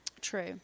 True